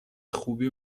خوبی